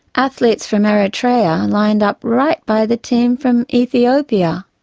athletes from eritrea lined up right by the team from ethiopia.